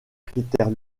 critères